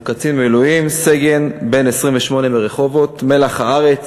הוא קצין במילואים, סגן בן 28 מרחובות, מלח הארץ,